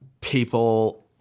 people